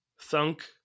Thunk